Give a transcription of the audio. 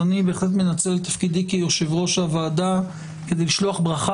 אז אני בהחלט מנצל את תפקידי כיושב-ראש הוועדה כדי לשלוח ברכה